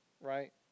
right